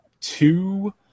two